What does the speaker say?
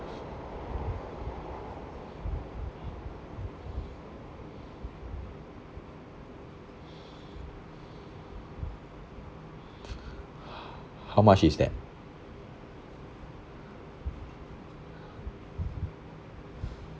how much is that